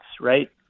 right